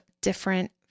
different